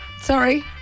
Sorry